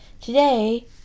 Today